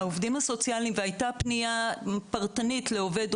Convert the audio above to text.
הייתה פנייה פרטנית לעובדים הסוציאליים,